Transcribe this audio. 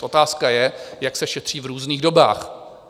Otázka je, jak se šetří v různých dobách.